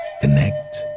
Connect